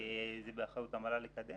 זה באחריות המל"ל לקדם